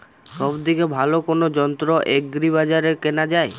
সব থেকে ভালো কোনো যন্ত্র এগ্রি বাজারে কেনা যায়?